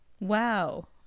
Wow